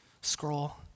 scroll